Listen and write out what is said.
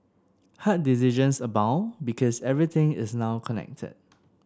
hard decisions abound because everything is now connected